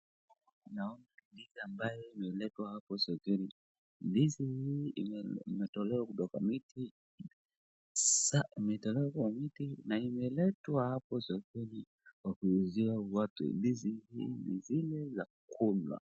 Naona ndizi ambayo imeletwa hapo sokoni, ndizi hii imetolewa kutoka kwa miti na imeletwa hapo sokoni kuuziwa watu. Ndizi hii ni zile za kula.